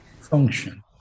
function